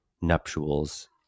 nuptials